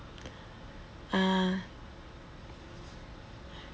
ah